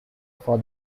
for